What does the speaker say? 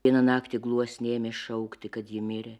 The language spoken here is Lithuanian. vieną naktį gluosniai ėmė šaukti kad ji mirė